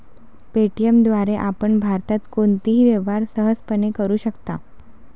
Paytm द्वारे आपण भारतात कोणताही व्यवहार सहजपणे करू शकता